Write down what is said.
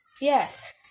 Yes